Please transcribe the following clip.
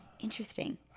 Interesting